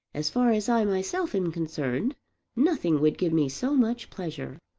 as far as i myself am concerned nothing would give me so much pleasure.